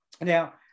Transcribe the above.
Now